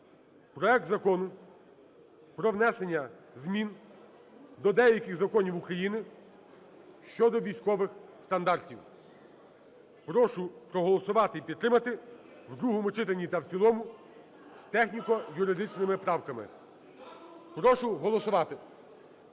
проект Закону про внесення змін до деяких законів України щодо військових стандартів. Прошу проголосувати і підтримати в другому читанні та в цілому з техніко-юридичними правками. Прошу голосувати.